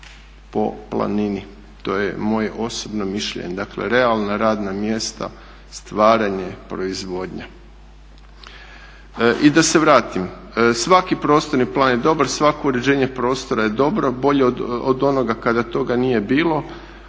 po planini. To je moje osobno mišljenje. Dakle realna radna mjesta, stvaranje, proizvodnja. I da se vratim. Svaki prostorni plan je dobar, svako uređenje prostora je dobro, bolje od onoga kada to nije bilo.